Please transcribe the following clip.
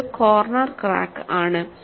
ഇതൊരു corner crack ആണ്